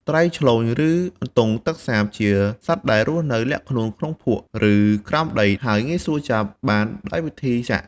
ត្រីឆ្លូញ ឬអន្ទង់ទឹកសាប ជាសត្វដែលរស់នៅលាក់ខ្លួនក្នុងភក់ ឬក្រោមដី ហើយងាយស្រួលចាប់បានដោយវិធីចាក់។